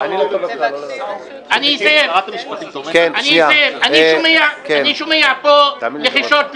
אני שומע פה לחישות,